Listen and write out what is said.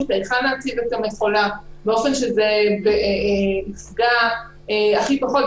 היכן להציב את המכולה באופן שזה יפגע הכי פחות.